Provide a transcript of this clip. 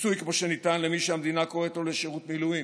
פיצוי כמו שניתן למי שהמדינה קוראת לו לשירות מילואים,